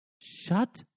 shut